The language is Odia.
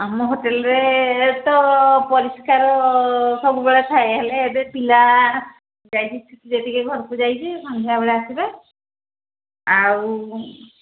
ଆମ ହୋଟେଲରେ ତ ପରିଷ୍କାର ସବୁବେଳେ ଥାଏ ହେଲେ ଏବେ ପିଲା ଯାଇଛିି ଛୁଟିରେ ଟିକେ ଘରକୁ ଯାଇଛି ସନ୍ଧ୍ୟାବେଳେ ଆସିବେ ଆଉ